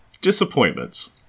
Disappointments